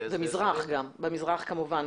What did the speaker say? במזרח כמובן,